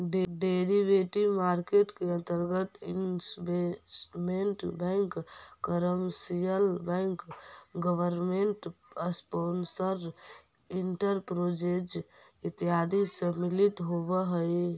derivative market के अंतर्गत investment bank commercial bank government sponsored enterprises इत्यादि सम्मिलित होवऽ हइ